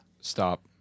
stop